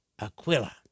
Aquila